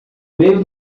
meio